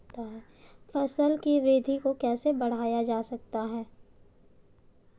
फसल की वृद्धि को कैसे बढ़ाया जाता हैं?